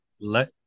let